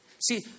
See